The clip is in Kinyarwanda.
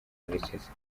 murekezi